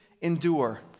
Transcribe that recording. endure